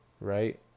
right